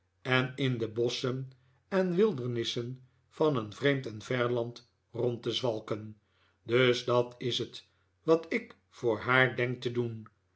en in de bosschen en wildernissen van een vreemd en ver land rond te zwalken dus dat is het wat ik voor haar denk te doen